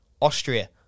austria